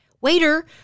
Waiter